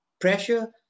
pressure